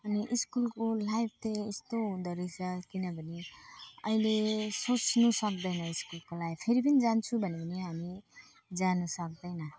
अनि स्कुलको लाइफ चाहिँ यस्तो हुँदोरहेछ किनभने अहिले सोच्नु सक्दैन रहेछौँ स्कुलको लाइफ फेरि पनि जान्छु भने पनि हामी जानसक्दैनौँ